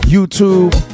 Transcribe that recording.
YouTube